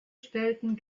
stellten